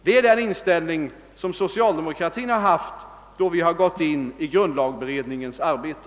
Det är den inställning som socialdemokraterna har haft när vi gått in i grundlagberedningens arbete.